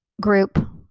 group